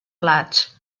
plats